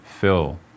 fill